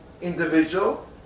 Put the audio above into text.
individual